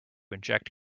inject